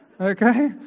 Okay